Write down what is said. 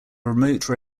remote